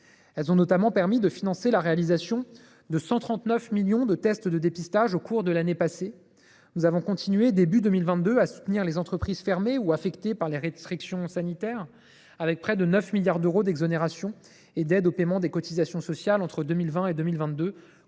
Elles ont notamment permis de financer la réalisation de 139 millions de tests de dépistage au cours de l’année passée. Nous avons continué, début 2022, à soutenir les entreprises fermées ou affectées par les restrictions sanitaires, avec près de 9 milliards d’euros d’exonérations et aides au paiement des cotisations sociales entre 2020 et 2022,